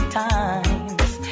times